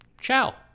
Ciao